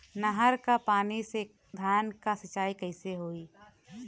नहर क पानी से धान क सिंचाई कईसे होई?